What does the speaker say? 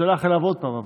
הוא שולח אליו עוד פעם.